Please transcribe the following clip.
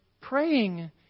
praying